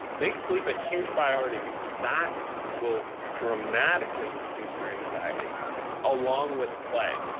make sleep a huge priority because that will dramatically reduce your anxiety along with play.